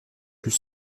plus